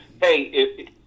Hey